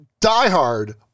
diehard